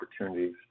opportunities